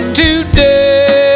today